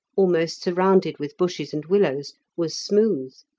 almost surrounded with bushes and willows, was smooth.